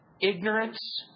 ignorance